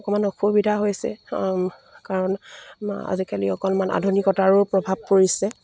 অকমান অসুবিধা হৈছে কাৰণ আজিকালি অকণমান আধুনিকতাৰো প্ৰভাৱ পৰিছে